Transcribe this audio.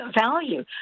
value